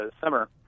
summer